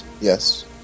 yes